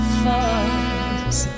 falls